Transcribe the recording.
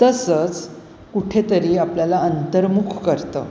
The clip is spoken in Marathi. तस कुठेतरी आपल्याला अंतरमुख करतं